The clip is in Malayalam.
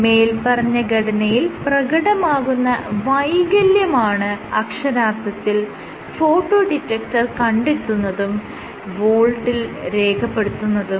മേല്പറഞ്ഞ ഘടനയിൽ പ്രകടമാകുന്ന വൈകല്യമാണ് അക്ഷരാർത്ഥത്തിൽ ഫോട്ടോ ഡിറ്റക്ടർ കണ്ടെത്തുന്നതും വോൾട്ടിൽ രേഖപ്പെടുത്തുന്നതും